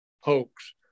hoax